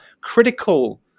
critical